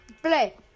Play